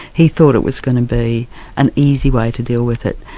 he thought it was going to be an easy way to deal with it.